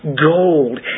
gold